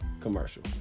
commercial